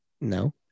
No